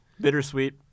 Bittersweet